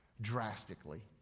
drastically